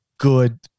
good